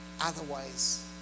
otherwise